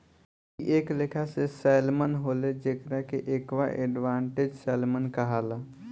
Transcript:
इ एक लेखा के सैल्मन होले जेकरा के एक्वा एडवांटेज सैल्मन कहाला